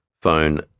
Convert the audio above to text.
phone